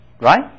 Right